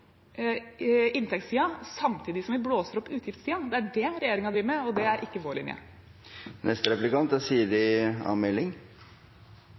inntektssiden samtidig som vi blåser opp utgiftssiden – det er det regjeringen driver med, og det er ikke vår linje. Den viktigste velferden i folks liv er